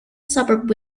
suburb